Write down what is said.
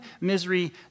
misery